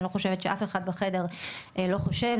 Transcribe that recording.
אני לא חושבת שאף אחד בחדר לא חושב,